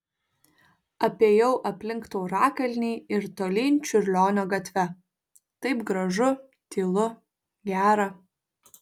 apėjau aplink taurakalnį ir tolyn čiurlionio gatve taip gražu tylu gera